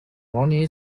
money